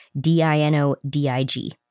D-I-N-O-D-I-G